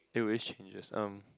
it always changes um